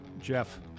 jeff